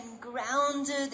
grounded